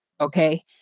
Okay